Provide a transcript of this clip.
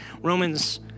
Romans